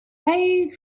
pay